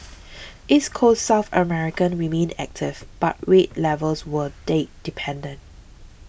East Coast South America remained active but rate levels were date dependent